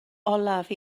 olaf